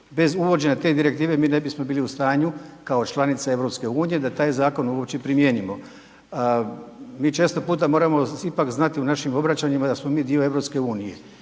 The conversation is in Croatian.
Bez uvođenja te direktive mi ne bismo bili u stanju kao članica EU da taj zakon uopće primijenimo. Mi često puta moramo ipak znati u našim obraćanjima da smo mi dio EU